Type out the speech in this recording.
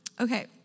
Okay